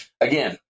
again